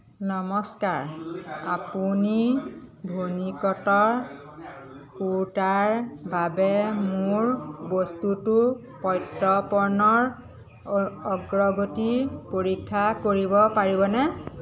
নমস্কাৰ আপুনি ভুনিকত কুৰ্তাৰ বাবে মোৰ বস্তুটোৰ প্ৰত্যৰ্পণৰ অগ্ৰগতি পৰীক্ষা কৰিব পাৰিবনে